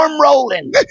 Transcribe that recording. rolling